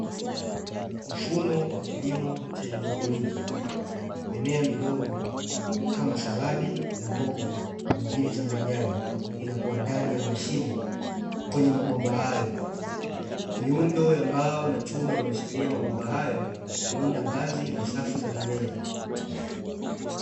Mfumo wa kilimo cha haidroponi. Mimea midogo kama saladi na mboga nyingine za majani, inakuwa ndani ya mashimo kwenye mabomba hayo. Miundo ya mbao na chuma inayoshikilia mabomba hayo, kuunda ngazi na safu za mimea.